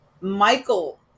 Michael